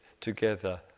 together